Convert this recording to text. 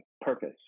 purpose